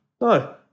no